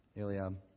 Eliab